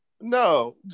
No